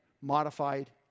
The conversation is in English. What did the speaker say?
modified